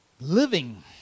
Living